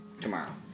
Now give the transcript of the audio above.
tomorrow